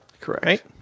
Correct